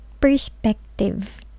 perspective